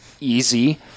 easy